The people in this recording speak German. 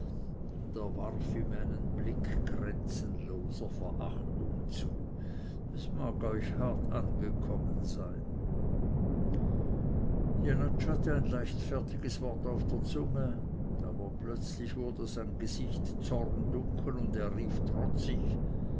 er warf ihm einen blick grenzenloser verachtung zu es mag euch hart angekommen sein jenatsch hatte ein leichtfertiges wort auf der zunge aber plötzlich wurde sein gesicht zorndunkel und er rief trotzig